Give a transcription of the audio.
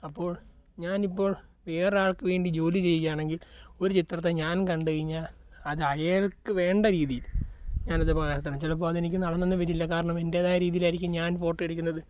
അപ്പോൾ ഞാനിപ്പോൾ വേരൊരാൾക്ക് വേണ്ടി ജോലി ചെയ്യുകയാണെങ്കിൽ ഒരു ചിത്രത്തെ ഞാൻ കണ്ടു കഴിഞ്ഞാൽ അത് അയാൾക്ക് വേണ്ട രീതിയിൽ ഞാനത് പകർത്തണം ചിലപ്പോൾ അതെനിക്ക് നടന്നെന്നും വരില്ല കാരണം എൻ്റേതായ രീതിയിലായിരിക്കും ഞാൻ ഫോട്ടോ എടുക്കുന്നത്